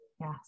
Yes